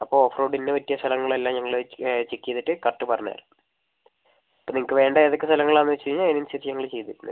അപ്പോൾ ഓഫ് റോഡിന് പറ്റിയ സ്ഥലങ്ങളെല്ലാം ഞങ്ങൾ ചെക്ക് ചെയ്തിട്ട് കറക്റ്റ് പറഞ്ഞുതരാം അപ്പം നിങ്ങൾക്ക് വേണ്ട ഏതൊക്കെ സ്ഥലങ്ങൾ ആണെന്ന് പറഞ്ഞ് വെച്ചുകഴിഞ്ഞാൽ അതിനനുസരിച്ച് ഞങ്ങൾ ചെയ്ത് തരുന്നതായിരിക്കും